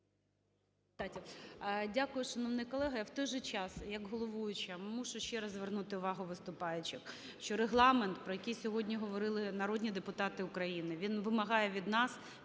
Дякую, шановний колего. Я в той же час як головуюча мушу ще раз звернути увагу виступаючих, що Регламент, про який сьогодні говорили народні депутати України, він вимагає від нас